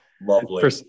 Lovely